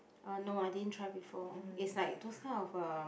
uh no I didn't try before it's like those kind of